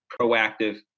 proactive